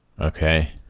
Okay